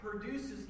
produces